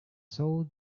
sold